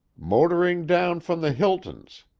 motoring down from the hilton's,